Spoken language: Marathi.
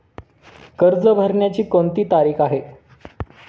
कर्ज भरण्याची कोणती तारीख आहे?